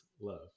love